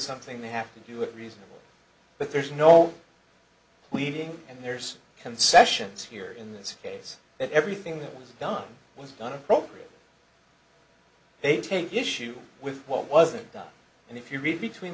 something they have to do it reasonable but there's no pleading and there's concessions here in this case that everything that was done was done appropriately they take issue with what wasn't done and if you read between